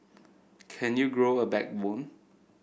can you grow a backbone